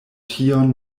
tion